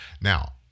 Now